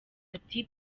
ati